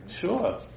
sure